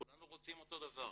כולנו רוצים אותו דבר.